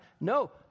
No